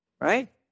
Right